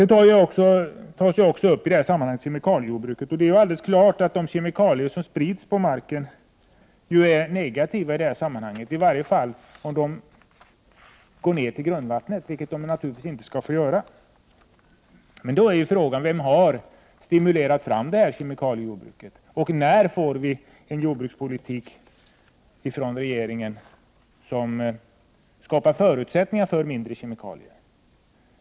När det gäller kemikaliejordbruket är det klart att de kemikalier som sprids på marken är något negativt i detta sammanhang, i varje fall om de når ner till grundvattnet, vilket de naturligtvis inte skall få göra. Men frågan är: Vem har stimulerat fram kemikaliejordbruket? När kan vi vänta en jordbrukspolitik från regeringen som skapar förutsättningar för mindre kemikalier?